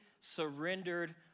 surrendered